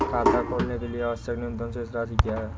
खाता खोलने के लिए आवश्यक न्यूनतम शेष राशि क्या है?